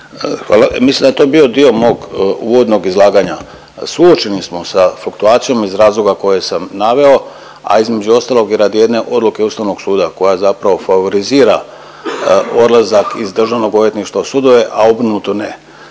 Hvala. Mislim da je to bio dio mog uvodnog izlaganja. Suočeni smo sa fluktuacijom iz razloga koje sam naveo, a između ostalog radi jedne odluke Ustavnog suda koja zapravo favorizira odlazak iz državnog odvjetništva u sudove, a obrnuto ne.